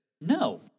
no